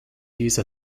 use